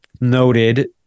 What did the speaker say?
noted